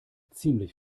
ziemlich